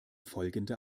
folgende